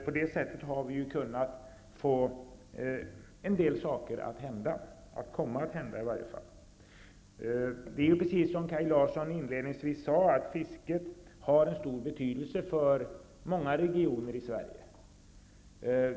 På det sättet har vi kunnat få en del saker att hända -- i varje fall kommer de att hända. Som Kaj Larsson inledningsvis sade har fisket stor betydelse för många regioner i Sverige.